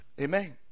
Amen